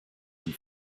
die